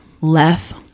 left